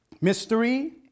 mystery